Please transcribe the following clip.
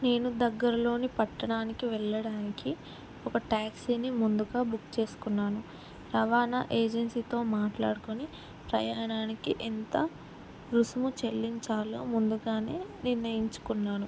నేను దగ్గరలోని పట్టణానికి వెళ్ళడానికి ఒక ట్యాక్సీని ముందుగా బుక్ చేసుకున్నాను రవాణా ఏజెన్సీతో మాట్లాడుకుని ప్రయాణానికి ఎంత రుసుము చెల్లించాలో ముందుగానే నిర్ణయించుకున్నాను